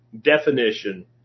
definition